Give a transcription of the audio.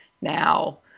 now